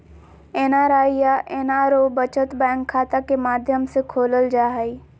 NRE या NRO बचत bank खाता के माध्यम से खोलल जा हइ